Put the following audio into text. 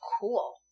cool